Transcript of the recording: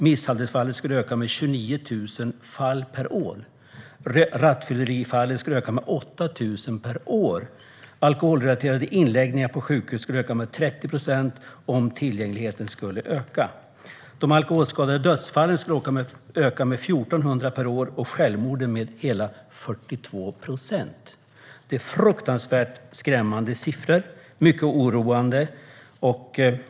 Misshandelsfallen skulle öka med 29 000 fall per år, rattfyllerifallen skulle öka med 8 000 per år och antalet alkoholrelaterade inläggningar på sjukhus skulle öka med 30 procent om tillgängligheten på alkohol ökar. De alkoholrelaterade dödsfallen skulle öka med 1 400 per år och självmorden med hela 42 procent. Det är skrämmande och mycket oroande siffror.